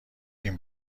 این